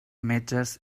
metges